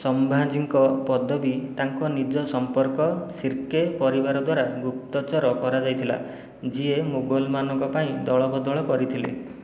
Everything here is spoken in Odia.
ସମ୍ଭାଜିଙ୍କ ପଦବୀ ତାଙ୍କ ନିଜ ସମ୍ପର୍କ ଶିର୍କେ ପରିବାର ଦ୍ୱାରା ଗୁପ୍ତଚର କରାଯାଇଥିଲା ଯିଏ ମୁଗଲମାନଙ୍କ ପାଇଁ ଦଳବଦଳ କରିଥିଲେ